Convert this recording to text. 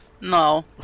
No